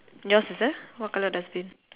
yours is a what colour dustbin